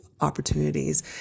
opportunities